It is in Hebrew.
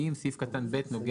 אתם לא